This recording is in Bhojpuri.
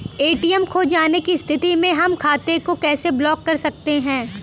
ए.टी.एम खो जाने की स्थिति में हम खाते को कैसे ब्लॉक कर सकते हैं?